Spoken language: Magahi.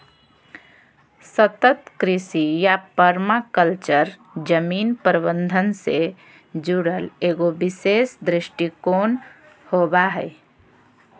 सतत कृषि या पर्माकल्चर जमीन प्रबन्धन से जुड़ल एगो विशेष दृष्टिकोण होबा हइ